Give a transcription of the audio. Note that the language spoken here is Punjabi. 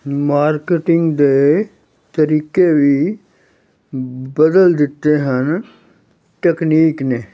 ਮਾਰਕੀਟਿੰਗ ਦੇ ਤਰੀਕੇ ਵੀ ਬਦਲ ਦਿੱਤੇ ਹਨ ਤਕਨੀਕ ਨੇ